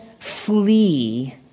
flee